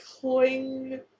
cling